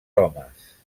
homes